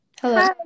Hello